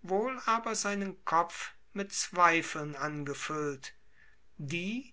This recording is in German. wohl aber seinen kopf mit zweifeln angefüllt die